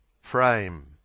frame